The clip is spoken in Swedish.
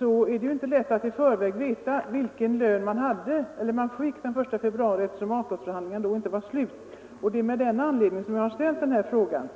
var det inte lätt att i förväg veta vilken lön man skulle få den 1 februari, eftersom avtalsförhandlingarna inte var slutförda. Det är av den anledningen jag har ställt den här frågan.